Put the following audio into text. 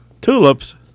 Tulips